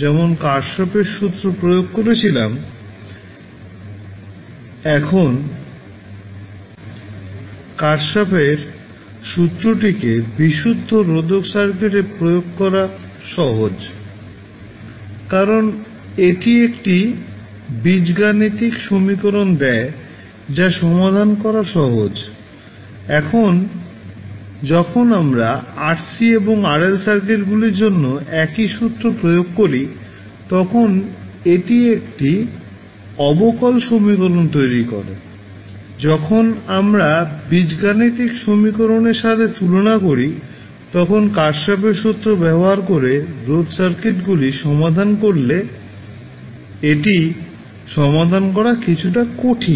যেমন কারশ্যফের সূত্র Kirchhoff's law প্রয়োগ করেছিলাম এখন কারশ্যফের সূত্রটিকে বিশুদ্ধ রোধক সার্কিটে প্রয়োগ করা সহজ কারণ এটি একটি বীজগাণিতিক সমীকরণ দেয় যা সমাধান করা সহজ এখন যখন আমরা RC এবং RL সার্কিটগুলির জন্য একই সূত্র প্রয়োগ করি তখন এটি একটি অবকল সমীকরণ তৈরি করে যখন আমরা বীজগণিত সমীকরণের সাথে তুলনা করি তখন কারশ্যফের সূত্র ব্যবহার করে রোধ সার্কিটগুলি সমাধান করলে এটি সমাধান করা কিছুটা কঠিন